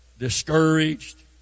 discouraged